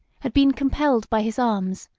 had been compelled by his arms,